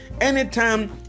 anytime